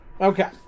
Okay